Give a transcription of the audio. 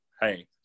hey